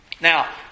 Now